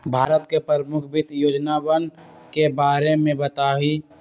भारत के प्रमुख वित्त योजनावन के बारे में बताहीं